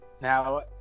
now